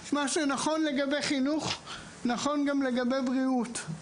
שמה שנכון לגבי חינוך נכון גם לגבי בריאות.